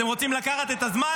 אתם רוצים לקחת את הזמן?